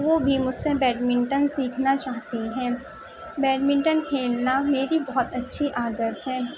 وہ بھی مجھ سے بیڈمنٹن سیکھنا چاہتی ہیں بیڈمنٹن کھیلنا میری بہت اچھی عادت ہے